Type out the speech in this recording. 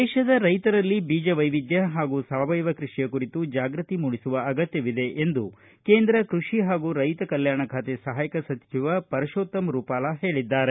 ದೇಶದ ರೈತರಲ್ಲಿ ಬೀಜ ವೈವಿಧ್ಯ ಹಾಗೂ ಸಾವಯವ ಕೃಷಿಯ ಕುರಿತು ಜಾಗೃತಿ ಮೂಡಿಸುವ ಅಗತ್ಯವಿದೆ ಎಂದು ಕೇಂದ್ರ ಕೃಷಿ ಹಾಗೂ ರೈತ ಕಲ್ಟಾಣ ಖಾತೆ ಸಹಾಯಕ ಸಚಿವ ಪರಶೋತ್ತಮ್ ರುಪಾಲಾ ಹೇಳಿದ್ದಾರೆ